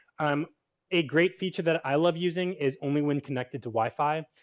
um a great feature that i love using is only when connected to wi-fi.